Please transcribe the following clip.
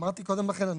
אמרתי קודם לכן,